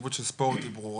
החשיבות של ספורט היא ברורה,